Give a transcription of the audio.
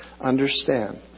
Understand